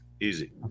easy